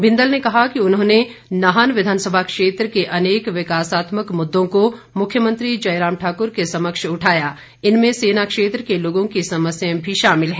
बिंदल ने कहा कि उन्होंने नाहन विधानसभा क्षेत्र के अनेक विकासात्मक मुद्दों को मुख्यमंत्री जयराम ठाक्र के समक्ष उठाया इनमें सेना क्षेत्र के लोगों की समस्याएं भी शामिल हैं